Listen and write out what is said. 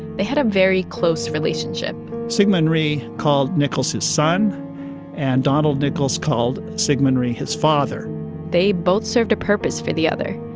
they had a very close relationship syngman rhee called nichols his son and donald nichols called syngman rhee his father they both served a purpose for the other.